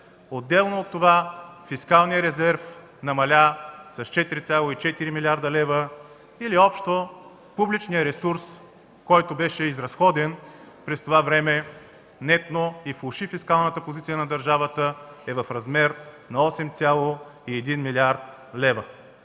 Отделно от това фискалният резерв намаля с 4,4 млрд. лв. или общо публичният ресурс, който беше изразходен през това време нетно и влоши фискалната позиция на държавата, е в размер на 8,1 млрд. лв.